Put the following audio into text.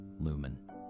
Lumen